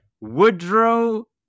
woodrow